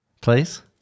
please